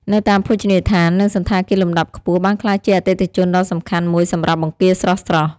នៅតាមភោជនីយដ្ឋាន និងសណ្ឋាគារលំដាប់ខ្ពស់បានក្លាយជាអតិថិជនដ៏សំខាន់មួយសម្រាប់បង្គាស្រស់ៗ។